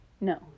No